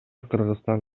кыргызстан